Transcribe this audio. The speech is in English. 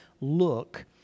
look